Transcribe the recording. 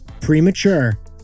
Premature